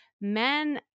men